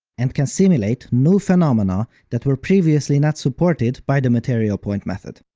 and can simulate new phenomena that were previously not supported by the material point method.